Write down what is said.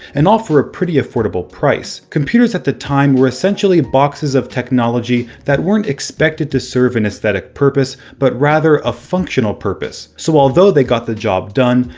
and all for a pretty affordable price. computers at the time were essentially boxes of technology that weren't expected to serve an aesthetic purpose, but rather a functional purpose. so although they got the job done,